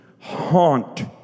haunt